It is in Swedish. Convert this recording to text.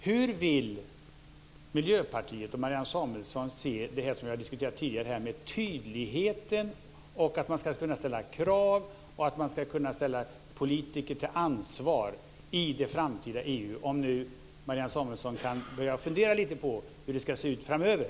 Hur vill Miljöpartiet och Marianne Samuelsson se det vi har diskuterat tidigare, dvs. tydligheten, att ställa krav, att ställa politiker till ansvar i det framtida EU - om Marianne Samuelsson kan börja fundera på hur det ska se ut framöver?